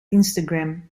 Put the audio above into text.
instagram